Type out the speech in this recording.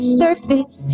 surface